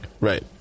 Right